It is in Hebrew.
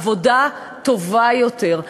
עבודה טובה יותר.